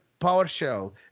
PowerShell